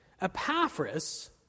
Epaphras